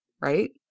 right